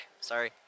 Sorry